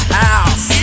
house